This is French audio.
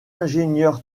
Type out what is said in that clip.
ingénieur